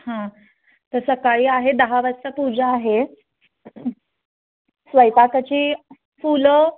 हं तर सकाळी आहे दहा वाजता पूजा आहे स्वयंपाकाची फुलं